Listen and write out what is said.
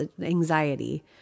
anxiety